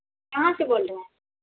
कहाँ से बोल रहे हैं